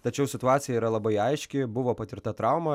tačiau situacija yra labai aiški buvo patirta trauma